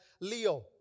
Leo